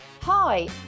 Hi